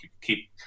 keep